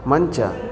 ಮಂಚ